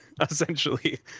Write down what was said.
essentially